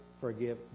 forgive